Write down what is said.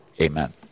Amen